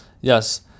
yes